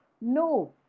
No